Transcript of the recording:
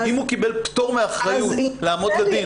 אם הוא קיבל פטור מאחריות לעמוד לדין